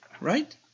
Right